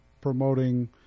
promoting